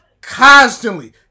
constantly